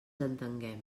entenguem